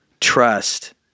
trust